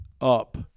up